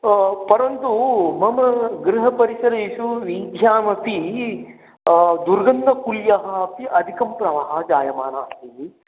परन्तु मम गृहपरिसरेषु वीथ्यामपि दुर्गन्धकुल्यः अपि अधिकं प्रवाहः जायमाना अस्ति